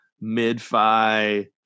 mid-fi